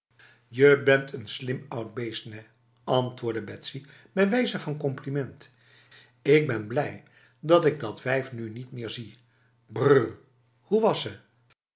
je bent een slim oud beest nèh antwoordde betsy bij wijze van compliment ik ben blij dat ik dat wijf nu niet meer zie brr hoe was